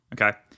okay